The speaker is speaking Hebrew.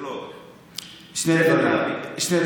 שני דברים.